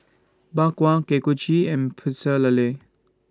Bak Kwa Kuih Kochi and Pecel Lele